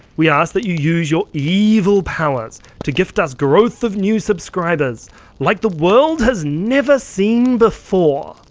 we ask that you use your evil powers to gift us growth of new subscribers like the world has never seen before.